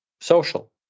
social